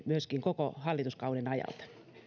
myöskin koko hallituskauden ajalta